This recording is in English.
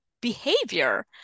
behavior